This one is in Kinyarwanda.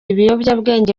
ibiyobyabwenge